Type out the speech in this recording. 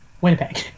Winnipeg